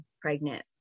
pregnant